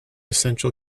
central